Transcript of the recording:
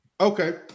okay